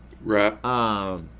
Right